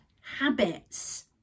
habits